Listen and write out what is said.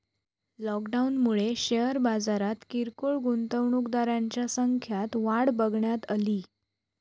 लॉकडाऊनमुळे शेअर बाजारात किरकोळ गुंतवणूकदारांच्या संख्यात वाढ बघण्यात अली